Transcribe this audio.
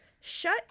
Shut